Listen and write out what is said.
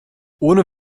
ohne